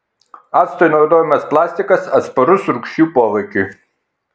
actui naudojamas plastikas atsparus rūgščių poveikiui